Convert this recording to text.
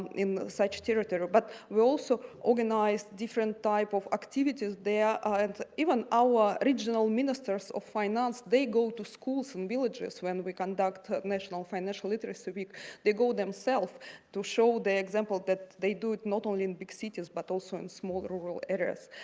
in such territory but we also organize different type of activities they are and even our original ministers of finance they go to schools and villages when we conduct ah national financial literacy week they go themselves to show the example that they do it not only in big cities but also in small rural areas.